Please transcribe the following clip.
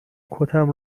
کتم